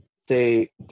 say